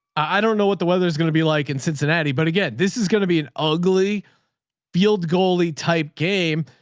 i don't know what the weather's going to be like in cincinnati, but again, this is going to be an ugly field goalie type game.